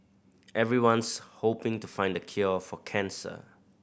everyone's hoping to find the cure for cancer